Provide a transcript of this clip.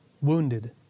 wounded